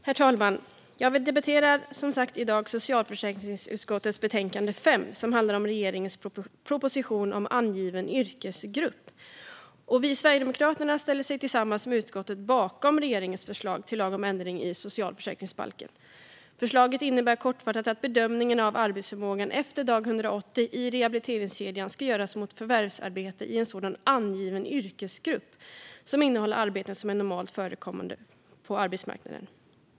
Herr talman! Vi debatterar i dag, som sagt, socialförsäkringsutskottets betänkande 5 som handlar om regeringens proposition om angiven yrkesgrupp. Vi i Sverigedemokraterna ställer oss tillsammans med utskottet bakom regeringens förslag till lag om ändring i socialförsäkringsbalken. Förslaget innebär kortfattat att bedömningen av arbetsförmågan efter dag 180 i rehabiliteringskedjan ska göras mot förvärvsarbete i en sådan angiven yrkesgrupp som innehåller arbeten som är normalt förekommande på arbetsmarknaden.